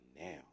now